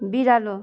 बिरालो